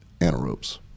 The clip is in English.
anaerobes